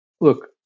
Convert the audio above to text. look